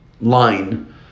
line